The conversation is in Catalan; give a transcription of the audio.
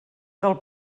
del